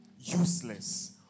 useless